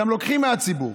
גם לוקחים מהציבור.